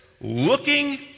looking